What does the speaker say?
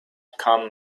come